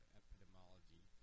epidemiology